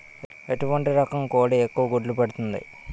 ఎటువంటి రకం కోడి ఎక్కువ గుడ్లు పెడుతోంది?